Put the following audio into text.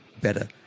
better